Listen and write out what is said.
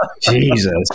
Jesus